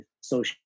social